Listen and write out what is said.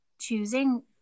choosing